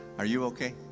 are you okay?